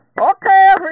Okay